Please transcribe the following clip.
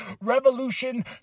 revolution